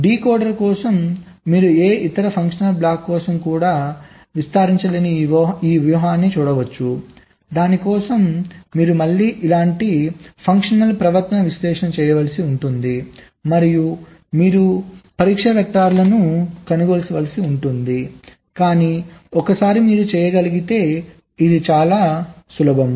decoder కోసం మీరు ఏ ఇతర ఫంక్షనల్ బ్లాక్ కోసం కూడా విస్తరించలేని ఈ వ్యూహాన్ని చూడవచ్చు దాని కోసం మీరు మళ్ళీ ఇలాంటి ఫంక్షనల్ ప్రవర్తన విశ్లేషణ చేయవలసి ఉంటుంది మరియు మీరు పరీక్ష వెక్టర్లను కనుగొనవలసి ఉంటుంది కానీ ఒకసారి మీరు చేయగలిగితే ఇది చాలా సులభం